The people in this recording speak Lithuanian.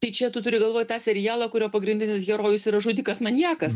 tai čia tu turi galvoj tą serialą kurio pagrindinis herojus yra žudikas maniakas